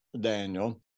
Daniel